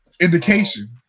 indication